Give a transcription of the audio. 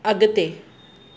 अॻिते